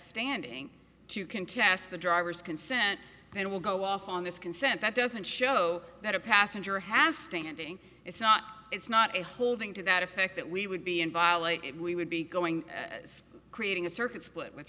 standing to contest the driver's consent and will go off on this consent that doesn't show that a passenger has standing it's not it's not a holding to that effect that we would be in violate we would be going creating a circuit split with